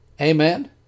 Amen